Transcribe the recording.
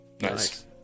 Nice